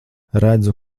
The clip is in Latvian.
redzu